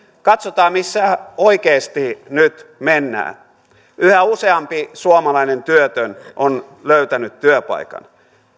katsotaan missä oikeasti nyt mennään yhä useampi suomalainen työtön on löytänyt työpaikan